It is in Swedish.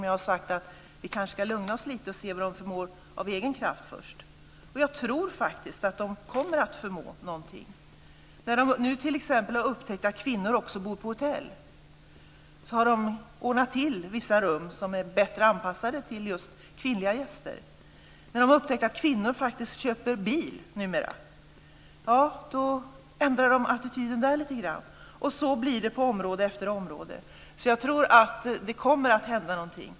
Men jag har sagt att vi kanske ska lugna oss lite och först se vad man förmår av egen kraft. Jag tror faktiskt att man kommer att förmå någonting. När man nu t.ex. har upptäckt att kvinnor också bor på hotell har man ordnat till vissa rum som är bättre anpassade för just kvinnliga gäster. När man har upptäckt att kvinnor numera faktiskt köper bil har man ändrat attityd lite grann. Och så blir det på område efter område, så jag tror att det kommer att hända någonting.